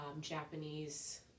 Japanese